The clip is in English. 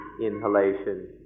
inhalation